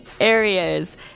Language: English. areas